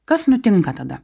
kas nutinka tada